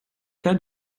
cas